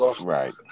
right